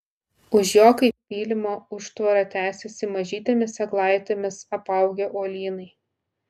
už jo kaip pylimo užtvara tęsėsi mažytėmis eglaitėmis apaugę uolynai